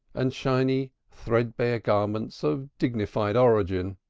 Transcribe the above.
and shiny threadbare garments of dignified origin,